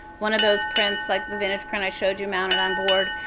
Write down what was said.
one of those prints like the vintage print i showed you mounted on board,